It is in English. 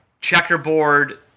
Checkerboard